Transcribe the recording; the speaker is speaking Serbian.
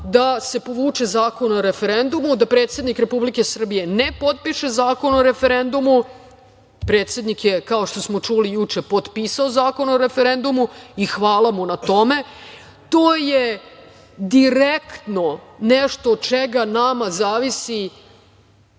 da se povuče Zakon o referendumu, da predsednik Republike Srbije ne potpiše Zakon o referendumu. Predsednik je, kao što smo čuli juče potpisao Zakon o referendumu, i hvala mu na tome. To je direktno nešto od čega nama zavisi